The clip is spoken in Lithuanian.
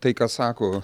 tai ką sako